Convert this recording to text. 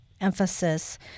emphasis